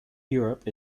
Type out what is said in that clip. europe